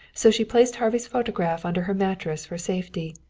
so she placed harvey's photograph under her mattress for safety,